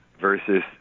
versus